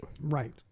Right